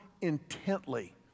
intently